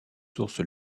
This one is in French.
source